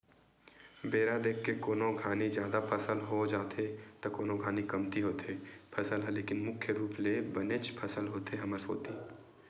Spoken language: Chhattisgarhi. बेरा देख के कोनो घानी जादा फसल हो जाथे त कोनो घानी कमती होथे फसल ह लेकिन मुख्य रुप ले बनेच फसल होथे हमर कोती